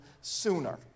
sooner